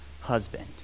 husband